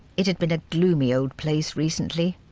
it had been a gloomy old place recently.